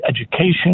education